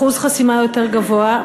אחוז חסימה יותר גבוה,